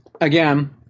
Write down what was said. again